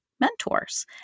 mentors